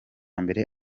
mbere